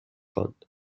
خواند